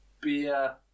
beer